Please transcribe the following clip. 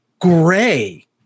gray